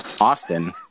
Austin